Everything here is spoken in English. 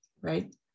right